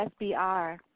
SBR